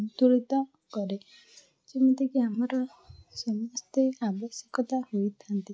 ସନ୍ତୁଳିତ କରେ ଯେମିତିକି ଆମର ସମସ୍ତେ ଆବଶ୍ୟକତା ହୋଇଥାନ୍ତି